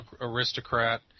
aristocrat